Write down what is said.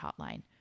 Hotline